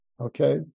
Okay